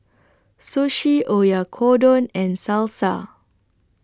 Sushi Oyakodon and Salsa